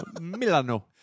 Milano